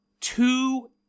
two